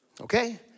okay